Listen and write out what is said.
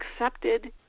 accepted